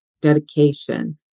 dedication